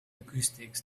acoustics